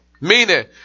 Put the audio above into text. meaning